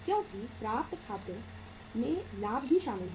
क्योंकि प्राप्त खाते में लाभ भी शामिल है